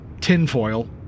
tinfoil